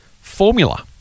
formula